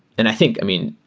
and i think i mean,